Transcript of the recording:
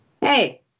Hey